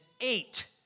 eight